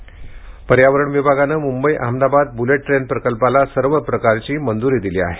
ballot train र्यावरण विभागानं Mumbai Ahmedabad bullet train प्रकल्पाला सर्व प्रकारची मंजुरी दिली आहे